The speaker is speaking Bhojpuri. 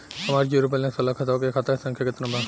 हमार जीरो बैलेंस वाला खतवा के खाता संख्या केतना बा?